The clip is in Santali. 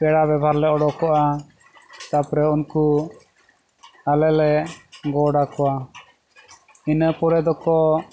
ᱯᱮᱲᱟ ᱵᱮᱵᱷᱟᱨ ᱞᱮ ᱩᱰᱩᱠᱚᱜᱼᱟ ᱛᱟᱯᱚᱨᱮ ᱩᱱᱠᱩ ᱟᱞᱮᱞᱮ ᱜᱚᱰ ᱟᱠᱚᱣᱟ ᱤᱱᱟᱹ ᱯᱚᱨᱮ ᱫᱚᱠᱚ